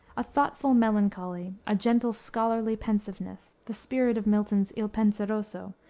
a thoughtful melancholy, a gentle, scholarly pensiveness, the spirit of milton's il penseroso,